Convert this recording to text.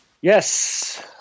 Yes